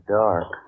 dark